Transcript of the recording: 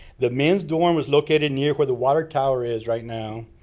the men's dorm was located near where the water tower is right now.